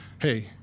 Hey